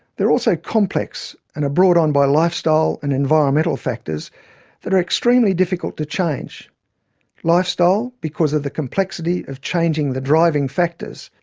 they're also complex and are brought on by lifestyle and environmental factors that are extremely difficult to change lifestyle, because of the complexity of changing the driving factors,